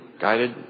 guided